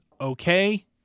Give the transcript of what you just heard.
okay